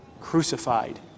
Crucified